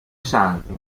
santi